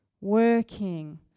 working